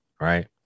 Right